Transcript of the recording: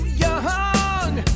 young